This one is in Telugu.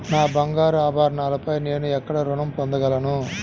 నా బంగారు ఆభరణాలపై నేను ఎక్కడ రుణం పొందగలను?